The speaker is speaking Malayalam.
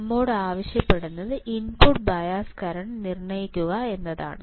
നമ്മോട് ആവശ്യപ്പെടുന്നത് ഇൻപുട്ട് ബയസ് കറന്റ് നിർണ്ണയിക്കുക എന്നതാണ്